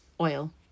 oil